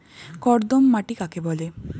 কর্দম মাটি কাকে বলে?